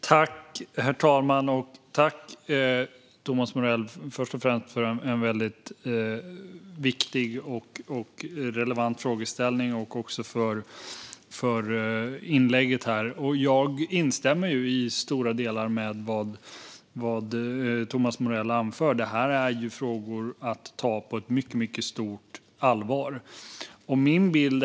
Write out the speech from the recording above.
Herr talman! Jag tackar Thomas Morell för en väldigt viktig och relevant frågeställning och för inlägget. Jag instämmer i stora delar med vad Thomas Morell anför. Det här är frågor att ta på mycket stort allvar.